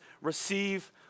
receive